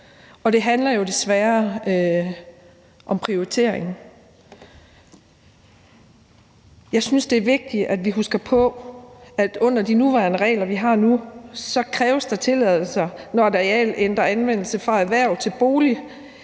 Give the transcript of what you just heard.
og det handler jo desværre om prioritering. Jeg synes, det er vigtigt, at vi husker på, at under de nuværende regler kræves der tilladelser, når et areal ændrer anvendelse fra erhverv til bolig,